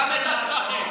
גם את הצרכים.